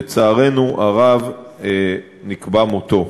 לצערנו הרב נקבע מותו.